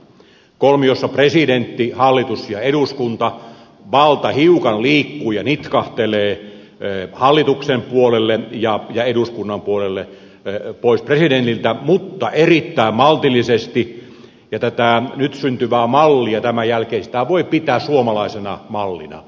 kolmiossa presidentti hallitus ja eduskunta valta hiukan liikkuu ja nitkahtelee hallituksen puolelle ja eduskunnan puolelle pois presidentiltä mutta erittäin maltillisesti ja tätä nyt tämän jälkeen syntyvää mallia voi pitää suomalaisena mallina